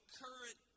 current